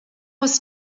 was